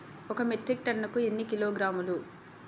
ఒక మెట్రిక్ టన్నుకు ఎన్ని కిలోగ్రాములు?